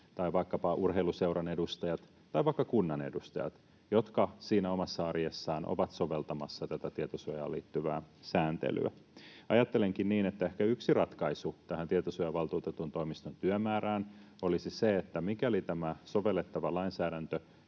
tai vaikkapa urheiluseuran edustajat tai vaikka kunnan edustajat, jotka omassa arjessaan ovat soveltamassa tietosuojaan liittyvää sääntelyä. Ajattelenkin niin, että ehkä yksi ratkaisu tähän tietosuojavaltuutetun toimiston työmäärään olisi se, että mikäli tämä sovellettava lainsäädäntö